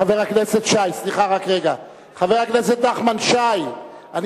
חבר הכנסת נחמן שי,